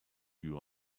you